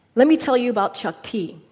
let me tell you about chuck t.